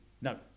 No